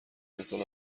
مثال